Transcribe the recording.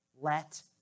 let